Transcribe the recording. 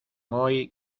hoy